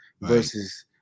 versus